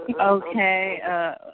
Okay